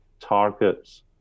targets